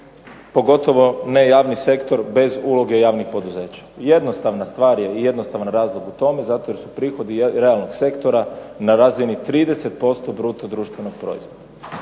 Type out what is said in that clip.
pogotovo ne javni sektor bez uloge javnih poduzeća. Jednostavna stvar i jednostavan razlog u tome zato što su prihodi realnog sektora na razini 30% bruto društvenog proizvoda.